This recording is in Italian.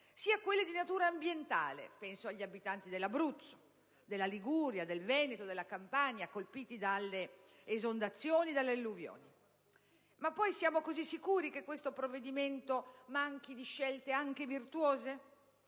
sia quelle di natura ambientale, penso agli abitanti dell'Abruzzo, della Liguria, del Veneto e della Campania colpiti dalle esondazioni e dalle alluvioni. Ma poi siamo così sicuri che questo provvedimento manchi di scelte anche virtuose?